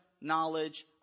knowledge